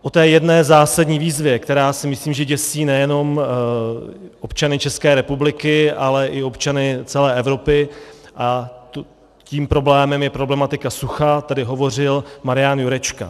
O té jedné zásadní výzvě, která si myslím, že děsí nejenom občany ČR, ale i občany celé Evropy, a tím problémem je problematika sucha, tady hovořil Marian Jurečka.